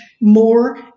more